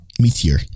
Meteor